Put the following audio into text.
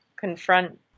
confront